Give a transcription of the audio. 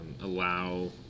allow